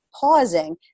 pausing